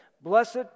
blessed